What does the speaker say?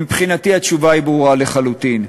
מבחינתי, התשובה ברורה לחלוטין: